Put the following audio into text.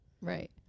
Right